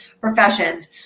professions